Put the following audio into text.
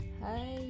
hi